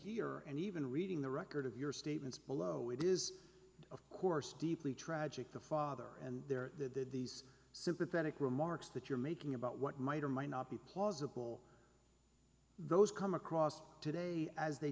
here and even reading the record of your statements below it is of course deeply tragic the father and their these sympathetic remarks that you're making about what might or might not be plausible those come across today as they